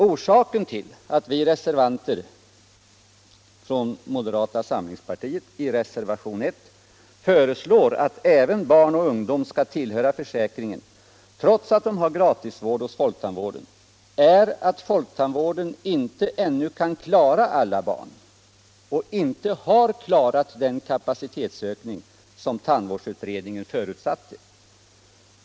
Orsaken till att vi reservanter från moderata samlingspartiet i reservationen 1 föreslår att även barn och ungdom skall tillhöra försäkringen, trots att de har gratisvård hos folktandvården, är att folktandvården inte ännu kan klara alla barn och inte har klarat den kapacitetsökning som folktandvårdsutredningen förutsatte.